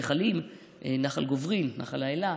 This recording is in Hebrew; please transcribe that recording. נחלים, נחל גוברין, נחל האלה,